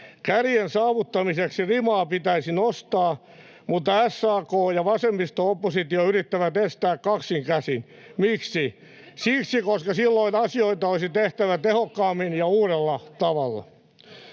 Kärjen saavuttamiseksi rimaa pitäisi nostaa, mutta SAK ja vasemmisto-oppositio yrittävät estää kaksin käsin. Miksi? Siksi, koska silloin asioita olisi tehtävä tehokkaammin ja uudella tavalla.